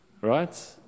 right